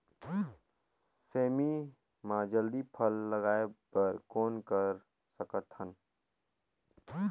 सेमी म जल्दी फल लगाय बर कौन कर सकत हन?